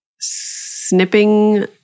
snipping